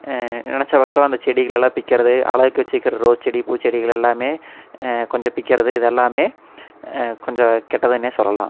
நினச்சவக்கம் அந்த செடிகளலாம் பிக்கிறது அழகுக்கு வச்சுருக்குற ரோஸ் செடி பூச்செடிகள் எல்லாமே கொஞ்சம் பிக்கிறது இதெல்லாமே கொஞ்சம் கெட்டதுனே சொல்லலாம்